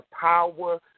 power